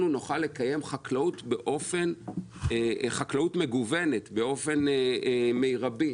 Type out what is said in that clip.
נוכל לקיים חקלאות מגוונת באופן מירבי.